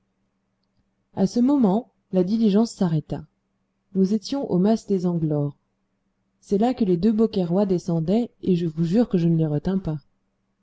à ce moment la diligence s'arrêta nous étions au mas des anglores c'est là que les deux beaucairois descendaient et je vous jure que je ne les retins pas